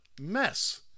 mess